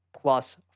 plus